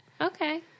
Okay